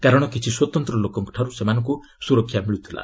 କାରଣ କିଛି ସ୍ପତନ୍ତ୍ର ଲୋକଙ୍କଠାରୁ ସେମାନଙ୍କୁ ସୁରକ୍ଷା ମିଳୁଥିଲା